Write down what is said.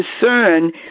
discern